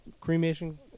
cremation